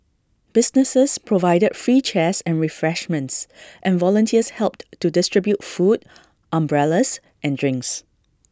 businesses provided free chairs and refreshments and volunteers helped to distribute food umbrellas and drinks